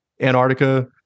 Antarctica